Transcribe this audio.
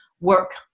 work